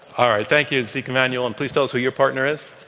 all right. thank you, zeke emanuel. and please tell us who your partner is.